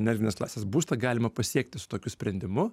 energinės klasės būstą galima pasiekti su tokiu sprendimu